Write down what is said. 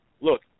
Look